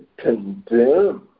condemn